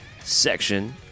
section